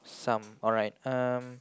some alright um